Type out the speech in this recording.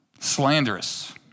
slanderous